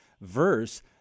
verse